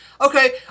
okay